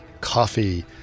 Coffee